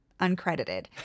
uncredited